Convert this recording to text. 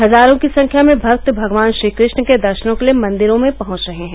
हजारों की संख्या में भक्त भगवान श्रीकृष्ण के दर्शनों के लिए मंदिरों में पहुंव रहे हैं